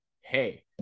hey